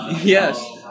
Yes